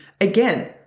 again